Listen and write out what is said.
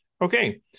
Okay